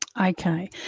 Okay